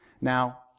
Now